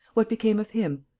what became of him?